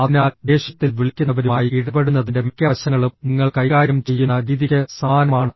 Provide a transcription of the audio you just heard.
അതിനാൽ ദേഷ്യത്തിൽ വിളിക്കുന്നവരുമായി ഇടപെടുന്നതിന്റെ മിക്ക വശങ്ങളും നിങ്ങൾ കൈകാര്യം ചെയ്യുന്ന രീതിക്ക് സമാനമാണ്